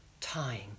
tying